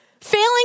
failing